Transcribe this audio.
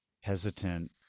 hesitant